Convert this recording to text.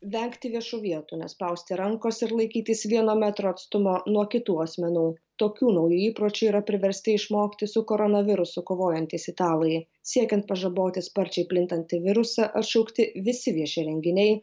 vengti viešų vietų nespausti rankos ir laikytis vieno metro atstumo nuo kitų asmenų tokių naujų įpročių yra priversti išmokti su koronavirusu kovojantys italai siekiant pažaboti sparčiai plintantį virusą atšaukti visi vieši renginiai